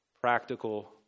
practical